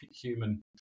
human